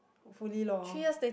fully lor